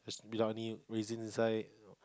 has raisin inside